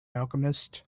alchemist